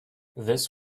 this